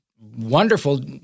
wonderful